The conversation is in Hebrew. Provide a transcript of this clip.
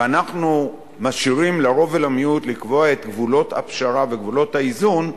ואנחנו משאירים לרוב ולמיעוט לקבוע את גבולות הפשרה וגבולות האיזון,